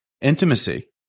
intimacy